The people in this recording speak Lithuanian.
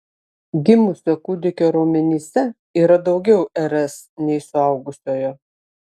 gimusio kūdikio raumenyse yra daugiau rs nei suaugusiojo